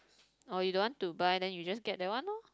or you don't want to buy then you just get that one lor